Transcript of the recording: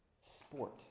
Sport